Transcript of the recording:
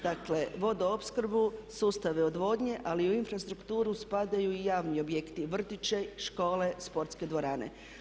Dakle, vodoopskrbu, sustave odvodnje ali u infrastrukturu spadaju i javni objekti vrtići, škole, sportske dvorane.